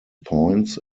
points